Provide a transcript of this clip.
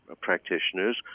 practitioners